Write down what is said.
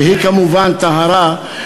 שהיא כמובן טהרה,